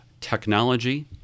technology